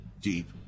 deep